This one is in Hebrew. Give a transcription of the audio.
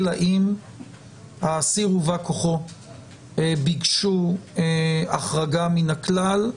אלא אם האסיר וב"כ ביקשו החרגה מהכללה,